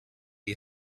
you